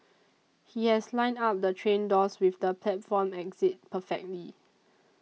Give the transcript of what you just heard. he has lined up the train doors with the platform exit perfectly